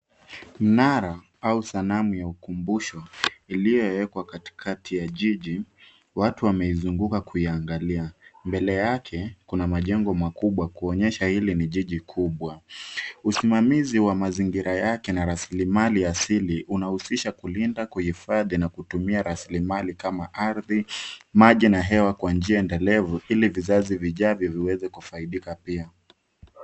Mnara au sanamu ya ukumbusho iliyowekwa katikati ya jiji watu wameizunguka kuiangalia. Mbele yake kuna majengo makubwa kuonyesha hili ni jiji kubwa. Usimamizi wa mazingira yake na rasilimali ya asili unahusisha kulinda, kuhifadhi na kutumia rasilimali kama ardhi, maji na hewa kwa njia endelevu ili vizazi vijavyo viweze kufaidika pia.